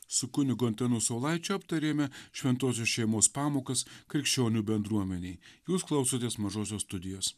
su kunigu antanu saulaičiu aptarėme šventosios šeimos pamokas krikščionių bendruomenėj jūs klausotės mažosios studijos